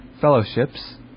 fellowships